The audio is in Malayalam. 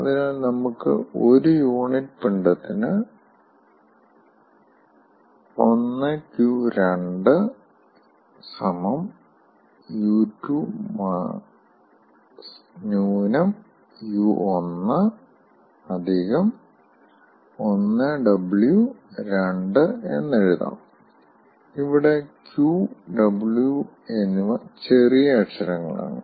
അതിനാൽ നമുക്ക് ഒരു യൂണിറ്റ് പിണ്ഡത്തിന് 1q2 1w2 എന്ന് എഴുതാം ഇവിടെ q w എന്നിവ ചെറിയ അക്ഷരങ്ങളാണ്